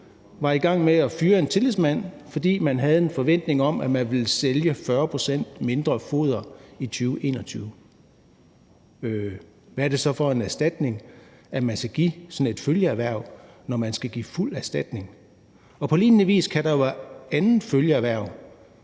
var i gang med at fyre en tillidsmand, fordi man havde en forventning om, at man ville sælge 40 pct. mindre foder i 2021? Hvad er det så for en erstatning, man skal give sådan et følgeerhverv, når man skal give fuld erstatning? På lignende vis kan der jo være andre følgeerhverv,